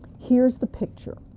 here's the picture.